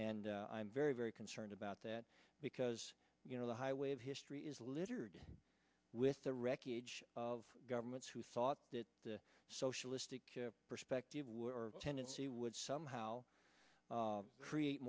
and i'm very very concerned about that because you know the highway of history is littered with the wreckage of governments who thought that the socialistic perspective were tendency would somehow create